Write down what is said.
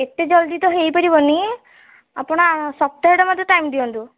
ଏତେ ଜଲ୍ଦି ତ ହେଇପାରିବନି ଆପଣ ସପ୍ତାହଟେ ମୋତେ ଟାଇମ୍ ଦିଅନ୍ତୁ